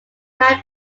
had